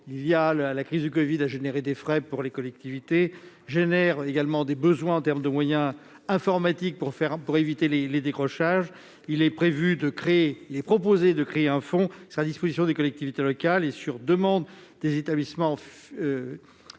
La crise du covid a généré des frais pour les collectivités. Elle engendre également des besoins en termes de moyens informatiques pour éviter les décrochages. Il est donc proposé de créer un fonds à disposition des collectivités locales, sur demande des établissements